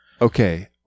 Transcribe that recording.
Okay